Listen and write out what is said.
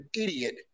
idiot